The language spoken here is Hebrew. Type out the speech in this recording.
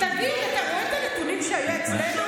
אתה רואה את הנתונים שהיו אצלנו?